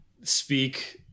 speak